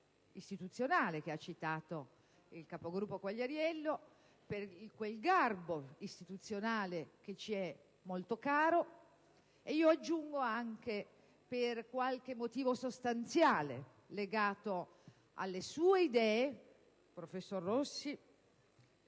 istituzionale, ricordata appunto dal nostro Capogruppo, per quel garbo istituzionale che ci è molto caro e - aggiungo - anche per qualche motivo sostanziale legato alle sue idee, professor Rossi,